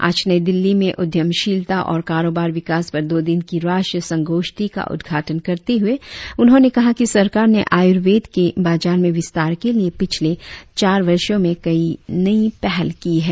आज नई दिल्ली में उद्यमशीलता और कारोबार विकास पर दो दिन की राष्ट्रीय संगोष्ठी का उद्घाटन करते हुए उन्होंने कहा कि सरकार ने आयुर्वेद के बाजार में विस्तार के लिए पिछले चार वर्षो में कई नई पहल की है